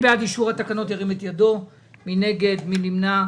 מי נמנע?